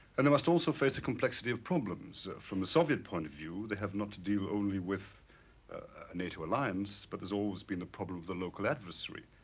and they must also face a complexity of problems. from the soviet point of view, they have not to deal only with a nato alliance, but there's always been the problem of the local adversary,